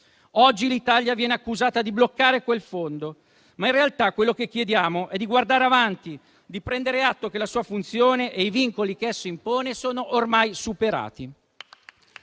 Oggi l'Italia viene accusata di bloccare quel fondo, ma in realtà quello che chiediamo è di guardare avanti e di prendere atto che la sua funzione e i vincoli che esso impone sono ormai superati.